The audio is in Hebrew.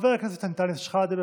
חבר הכנסת אנטאנס שחאדה,